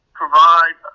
provide